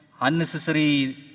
unnecessary